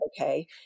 Okay